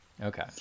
Okay